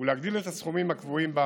ולהגדיל את הסכומים הקבועים בה